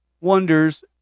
wonders